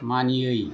मानियै